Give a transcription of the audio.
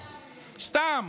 סתם.